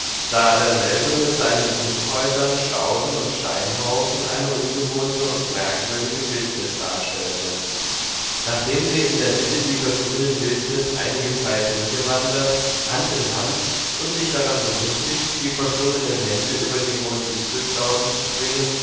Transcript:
da derselbe mit seinen unkräutern stauden und steinhaufen eine ungewohnte und merkwürdige wildnis darstellte nachdem sie in der mitte dieser grünen wildnis einige zeit hingewandert hand in hand und sich daran belustigt die verschlungenen hände über die hohen distelstauden zu schwingen